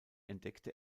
entdeckte